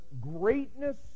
greatness